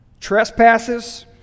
Trespasses